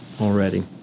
already